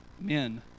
men